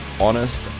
honest